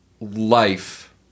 life